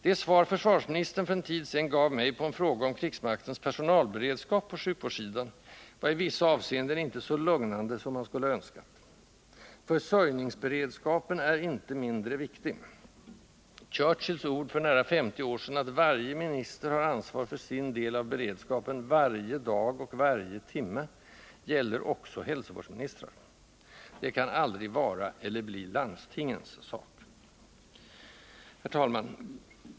Det svar försvarsministern för en tid sedan gav mig på en fråga om krigsmaktens personalberedskap på sjukvårdssidan var i vissa avseenden inte så lugnande som man skulle önskat. Försörjningsberedskapen är inte mindre viktig. Churchills ord för nära 50 år sedan, att varje minister har ansvar för sin del av beredskapen varje dag och varje timme, gäller också sjukvårdsministrar. Det kan aldrig vara eller bli landstingens sak. Herr talman!